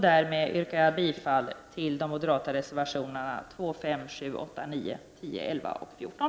Därmed yrkar jag bifall till de moderata reservationerna 2, 5, 7, 8, 9, 10, 11 och 14.